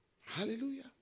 Hallelujah